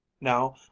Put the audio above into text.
Now